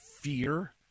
fear